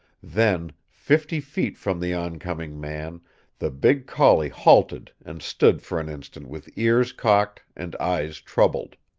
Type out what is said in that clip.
then fifty feet from the oncoming man the big collie halted and stood for an instant with ears cocked and eyes troubled.